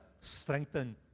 strengthen